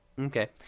Okay